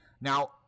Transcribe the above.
now